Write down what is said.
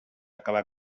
acabar